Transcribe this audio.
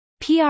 PR